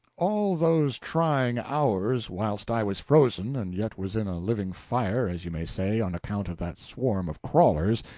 all those trying hours whilst i was frozen and yet was in a living fire, as you may say, on account of that swarm of crawlers,